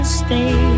stay